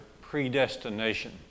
predestination